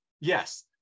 yes